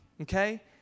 okay